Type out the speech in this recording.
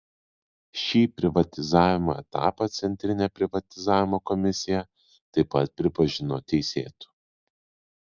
šį privatizavimo etapą centrinė privatizavimo komisija taip pat pripažino teisėtu